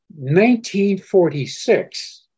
1946